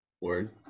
Word